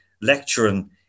lecturing